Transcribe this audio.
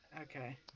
Okay